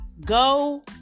go